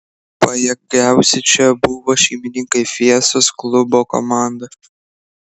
pajėgiausi čia buvo šeimininkai fiestos klubo komanda